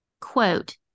quote